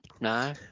No